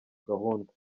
gahunda